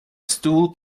stool